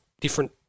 different